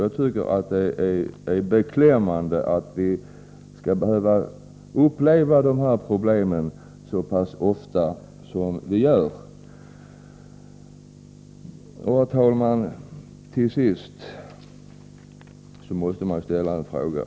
Jag tycker att det är beklämmande att vi skall behöva uppleva sådana här problem så pass ofta som vi gör. Herr talman! Till sist måste man ställa en fråga.